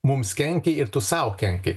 mums kenkia ir tu sau kenki